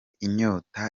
inyota